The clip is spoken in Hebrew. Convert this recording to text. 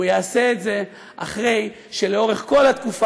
הוא יעשה את זה אחרי שלאורך כל התקופה